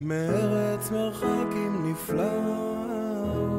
מארץ מרחקים נפלאה